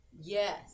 Yes